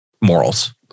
morals